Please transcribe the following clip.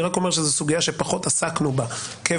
אני רק אומר שזו סוגיה שפחות עסקנו בה כוועדה.